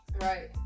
Right